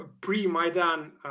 pre-Maidan